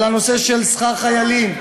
על הנושא של שכר חיילים,